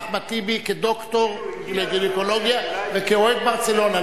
אחמד טיבי כדוקטור לגינקולוגיה וכאוהד ברצלונה,